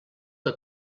que